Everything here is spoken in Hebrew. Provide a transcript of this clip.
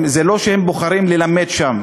זה לא שהם בוחרים ללמד שם,